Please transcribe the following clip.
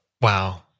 Wow